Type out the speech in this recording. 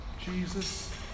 Jesus